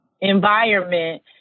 environment